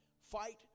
Fight